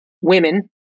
women